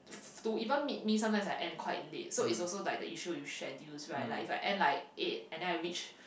to even meet me sometimes I end quite late so it's also like the issue with schedules right like if I end like eight and then I reach